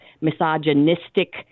misogynistic